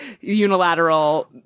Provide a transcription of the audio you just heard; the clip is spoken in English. unilateral